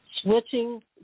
switching